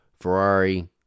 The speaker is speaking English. Ferrari